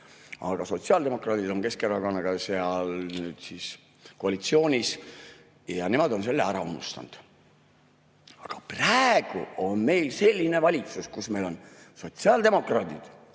aga sotsiaaldemokraadid on nüüd Keskerakonnaga seal koalitsioonis ja nemad on selle ära unustanud. Praegu on meil selline valitsus, kus meil on sotsiaaldemokraadid,